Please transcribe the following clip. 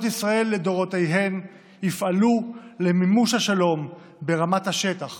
ישראל לדורותיהן יפעלו למימוש השלום ברמת השטח